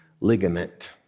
ligament